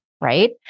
right